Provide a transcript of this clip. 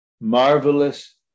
marvelous